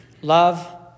Love